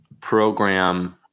program